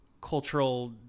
cultural